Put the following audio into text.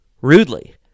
rudely